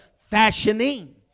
fashioning